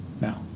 now